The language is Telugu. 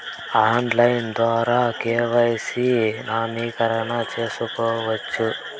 ఆన్లైన్ ద్వారా కె.వై.సి నవీకరణ సేసుకోవచ్చా?